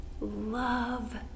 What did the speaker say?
love